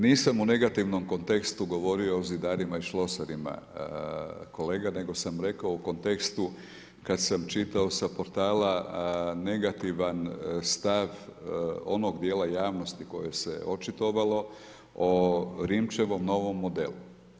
Nisam u negativnom kontekstu govorio o zidarima i šlosarima kolega nego sam rekao u kontekstu kada sam čitao sa portala negativan stav onog dijela javnosti koje se očitovalo o Rimčevom novom modelu.